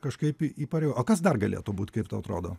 kažkaip į įpareu o kas dar galėtų būt kaip tau atrodo